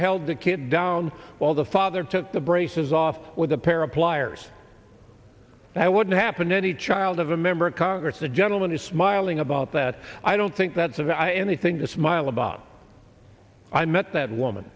held the kid down while the father took the braces off with a pair of pliers that wouldn't happen any child of a member of congress the gentleman is smiling about that i don't think that's of anything to smile about i met that woman